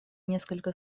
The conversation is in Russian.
несколько